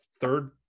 third